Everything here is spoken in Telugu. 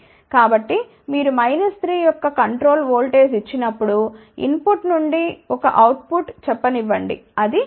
కాబట్టి మీరు 3 V యొక్క కంట్రోల్ ఓల్టేజ్ ఇచ్చి నప్పుడు ఇన్ పుట్ నుండి ఒక అవుట్ పుట్ చెప్పనివ్వండి అది 3